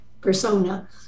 persona